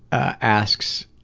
ah asks,